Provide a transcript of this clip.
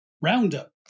Roundup